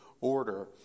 order